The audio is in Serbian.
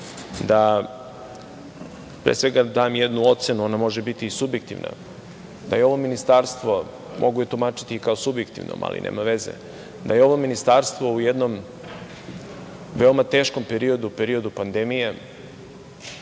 da pre svega dam jednu ocenu, ona može biti i subjektivna, da je ovo ministarstvo, mogu je tumačiti i kao subjektivnom, ali nema veze, da je ovo ministarstvo u jednom veoma teškom periodu, periodu pandemije,